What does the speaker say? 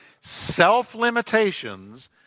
self-limitations